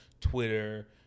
Twitter